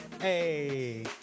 Hey